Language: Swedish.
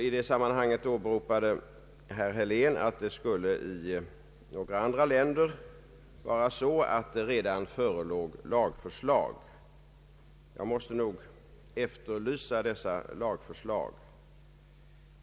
I det sammanhanget åberopade herr Helén att det skulle i några andra länder vara så, att det redan förelåg lagförslag. Jag måste nog efterlysa dessa lagförslag.